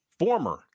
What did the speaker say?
former